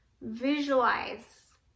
Visualize